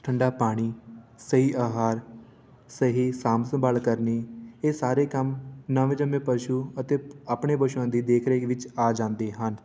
ਠੰਡਾ ਪਾਣੀ ਸਹੀ ਅਹਾਰ ਸਹੀ ਸਾਂਭ ਸੰਭਾਲ ਕਰਨੀ ਇਹ ਸਾਰੇ ਕੰਮ ਨਵੇਂ ਜੰਮੇ ਪਸ਼ੂ ਅਤੇ ਆਪਣੇ ਪਸ਼ੂਆਂ ਦੀ ਦੇਖ ਰੇਖ ਵਿੱਚ ਆ ਜਾਂਦੇ ਹਨ